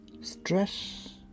Stress